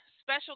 special